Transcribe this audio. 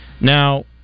Now